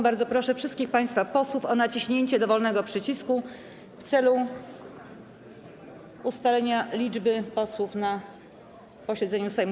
Bardzo proszę wszystkich państwa posłów o naciśnięcie dowolnego przycisku w celu ustalenia liczby posłów na posiedzeniu Sejmu.